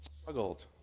struggled